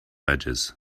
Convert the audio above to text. edges